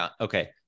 okay